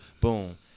boom